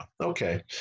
Okay